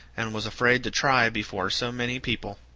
and was afraid to try before so many people.